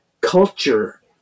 culture